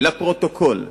לפרוטוקול: